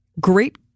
great